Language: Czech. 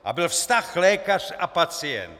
A byl vztah lékař a pacient.